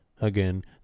again